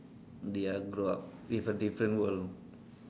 they are grow up with a different world